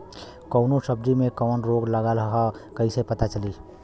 कौनो सब्ज़ी में कवन रोग लागल ह कईसे पता चली?